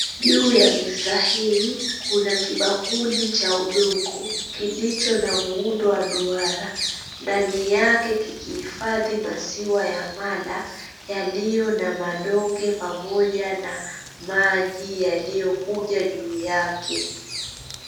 Juu ya meza hii kuna kibakuli cha udongo kilicho na muundo wa duara, ndani yake kikihifadhi maziwa ya mala yaliyo na madonge pamoja na maji yaliyokuja juu yake.